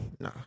Nah